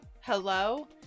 hello